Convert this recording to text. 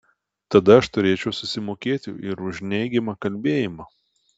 tada aš turėčiau susimokėti ir už neigiamą kalbėjimą